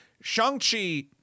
Shang-Chi